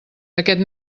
aquest